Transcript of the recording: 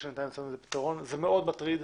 זה מאוד מטריד.